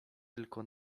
tylko